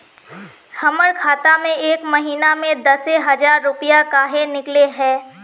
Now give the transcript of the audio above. हमर खाता में एक महीना में दसे हजार रुपया काहे निकले है?